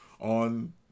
on